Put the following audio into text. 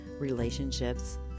relationships